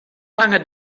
lange